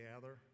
gather